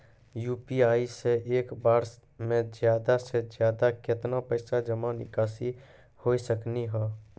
UPI से एक बार मे ज्यादा से ज्यादा केतना पैसा जमा निकासी हो सकनी हो?